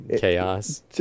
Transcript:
chaos